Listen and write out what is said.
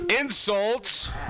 Insults